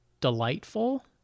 delightful